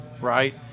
right